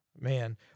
man